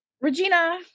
Regina